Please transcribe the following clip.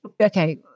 Okay